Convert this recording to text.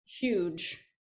huge